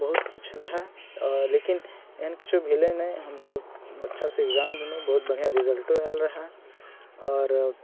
बहुत किछु रहै लेकिन एहन किछौ भेलै नहि हम सभ अच्छासँ एक्जाम देलहुँ बहुत बढ़िआँ रिजल्टओ आयल रहै आओर